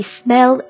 smell